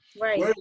right